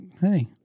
hey